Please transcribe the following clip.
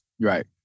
Right